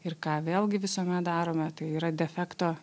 ir ką vėlgi visuomet darome tai yra defekto